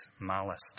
malice